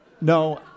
no